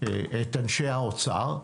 את אנשי האוצר,